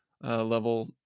level